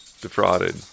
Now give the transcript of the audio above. defrauded